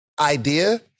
idea